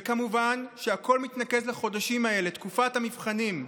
וכמובן, הכול מתנקז לחודשים האלה, לתקופת המבחנים.